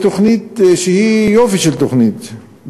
בתוכנית שהיא יופי של תוכנית,